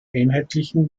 einheitlichen